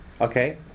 Okay